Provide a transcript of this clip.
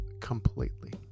completely